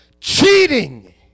Cheating